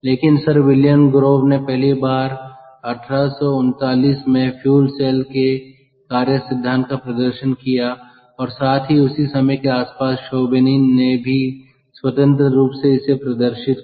लेकिन sir William Grove ने पहली बार 1839 में फ्यूल सेल के कार्य सिद्धांत का प्रदर्शन किया और साथ ही उसी समय के आसपास शोबेनिन ने भी स्वतंत्र रूप से इसे प्रदर्शित किया